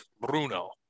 Bruno